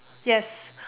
yes